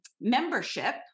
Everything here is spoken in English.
membership